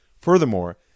furthermore